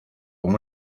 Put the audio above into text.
con